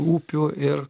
upių ir